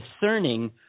discerning